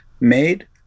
made